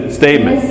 statement